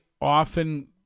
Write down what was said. often